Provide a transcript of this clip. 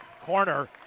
corner